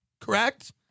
correct